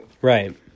Right